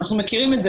אנחנו מכירים את זה,